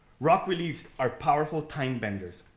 rock reliefs are powerful time benders.